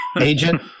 Agent